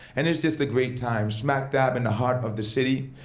and it's just a great time, smack dab in the heart of the city.